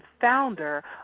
founder